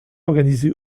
organisé